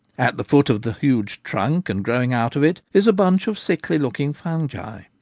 at the foot of the huge trunk, and growing out of it, is a bunch of sickly-looking fungi.